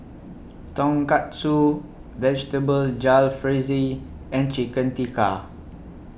Tonkatsu Vegetable Jalfrezi and Chicken Tikka